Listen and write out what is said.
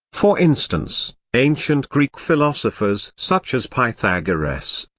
for instance, ancient greek philosophers such as pythagoras,